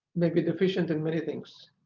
maybe deficient in many things,